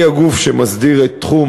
היא הגוף שמסדיר את תחום